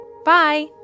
Bye